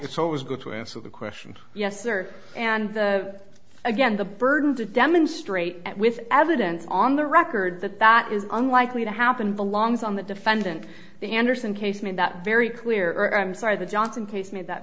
it's always good to answer the question yes sir and the again the burden to demonstrate that with evidence on the record that that is unlikely to happen belongs on the defendant the anderson case made that very clear i'm sorry the johnson case made that